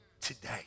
today